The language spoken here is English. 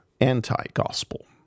anti-gospel